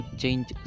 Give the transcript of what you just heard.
change